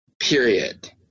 period